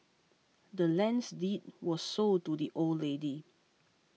the land's deed were sold to the old lady